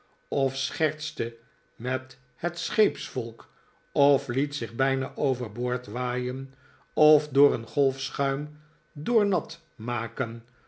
of schertste met het scheepsvolk of liet zich bijna over boord waaien of door een golf schuim doornat maken